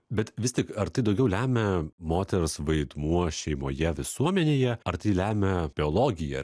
bet vis tik ar tai daugiau lemia moters vaidmuo šeimoje visuomenėje ar tai lemia biologija